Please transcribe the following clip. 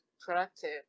productive